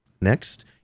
Next